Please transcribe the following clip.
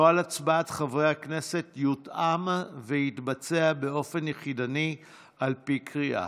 נוהל הצבעת חברי הכנסת יותאם ויתבצע באופן יחידני על פי קריאה.